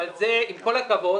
זה לא הוויכוח.